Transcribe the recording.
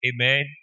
Amen